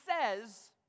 says